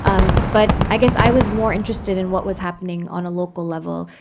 um but i guess i was more interested in what was happening on a local level.